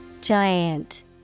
Giant